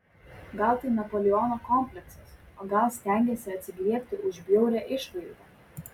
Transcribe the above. gal tai napoleono kompleksas o gal stengiasi atsigriebti už bjaurią išvaizdą